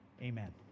amen